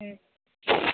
ഹ്മ്